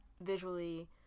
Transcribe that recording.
visually